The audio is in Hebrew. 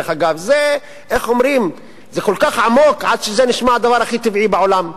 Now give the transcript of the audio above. זה כל כך עמוק, עד שזה נשמע הכי טבעי שבעולם.